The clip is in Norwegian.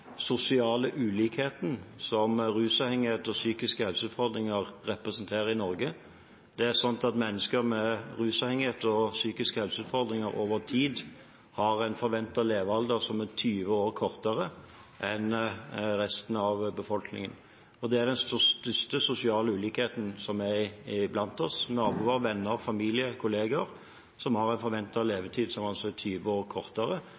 sosiale ulikheten som rusavhengighet og psykiske helseutfordringer representerer i Norge. Mennesker med rusavhengighet og psykiske helseutfordringer over tid har en forventet levealder som er 20 år kortere enn resten av befolkningen. Det er altså den største sosiale ulikheten blant oss – naboer, venner, familie, kolleger, som har en forventet levetid som er 20 år kortere